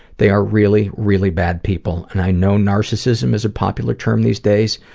they are really, really bad people and i know narcissism is a popular term these days,